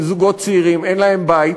זוגות צעירים אין להם בית?